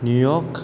New York